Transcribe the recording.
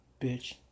Bitch